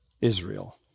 Israel